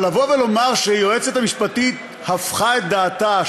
אבל לבוא ולומר שהיועצת המשפטית הפכה את דעתה,